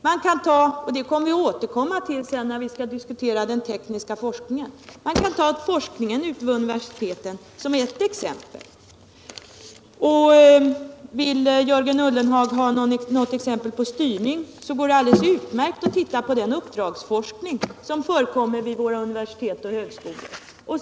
Man kan ta — och det återkommer jag till när vi skall diskutera den tekniska forskningen — forskningen ute vid universiteten som ett exempel. Vill Jörgen Ullenhag ha något exempel på styrning, så går det alldeles utmärkt att titta på den uppdragsforskning som förekommer vid våra universitet och högskolor.